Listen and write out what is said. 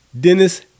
Dennis